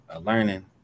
learning